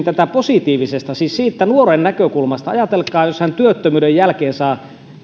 tätä positiivisesti siis siitä nuoren näkökulmasta jos hän työttömyyden jälkeen saa